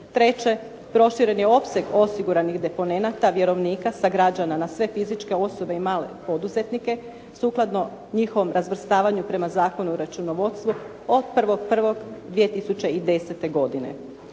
Treće, proširen je opseg osiguranih deponenata, vjerovnika sa građana na sve fizičke osobe i male poduzetnike, sukladno njihovom razvrstavanju prema Zakonu o računovodstvu od 1. 1. 2010. godine.